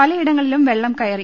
പലയിടങ്ങളിലും വെള്ളം കയ റി